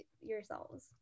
yourselves